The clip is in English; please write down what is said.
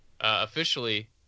Officially